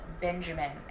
Benjamin